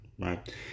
right